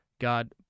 God